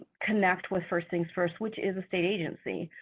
connect with first things first, which is a state agency.